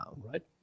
right